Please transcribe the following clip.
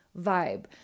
vibe